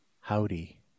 howdy